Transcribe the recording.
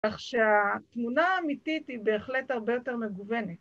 ‫כך שהתמונה האמיתית ‫היא בהחלט הרבה יותר מגוונת.